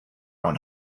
own